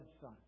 Son